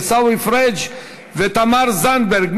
עיסאווי פריג' ותמר זנדברג.